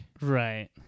Right